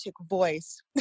voice